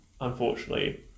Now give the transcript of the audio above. unfortunately